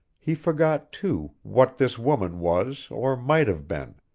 he forgot, too, what this woman was or might have been,